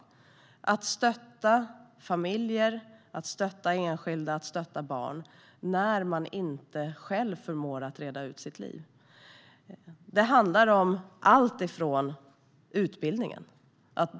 Man ska stötta familjer, enskilda och barn när de inte själva förmår att reda ut sina liv. Det handlar utbildningen.